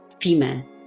female